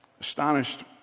astonished